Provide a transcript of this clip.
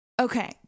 Okay